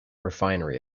refinery